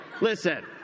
listen